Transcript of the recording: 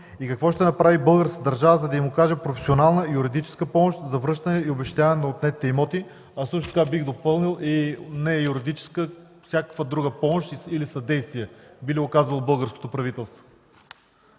Какво ще направи българската държава, за да им окаже професионална юридическа помощ за връщане или обезщетяване за отнетите имоти; бих допълнил – и неюридическа, всякаква друга помощ или съдействие би ли оказало българското правителство?